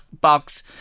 box